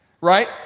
Right